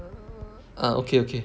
err okay okay